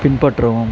பின்பற்றவும்